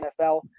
NFL